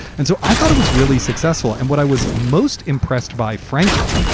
and so i thought it was really successful. and what i was most impressed by, frankly,